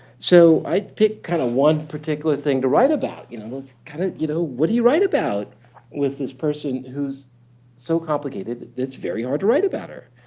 so i picked kind of one particular thing to write about. you know kind of you know what do you write about with this person who is so complicated, it's very hard to write about her?